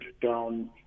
down